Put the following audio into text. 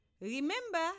remember